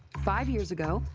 five years ago,